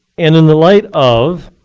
and in the light of